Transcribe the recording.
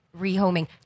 Rehoming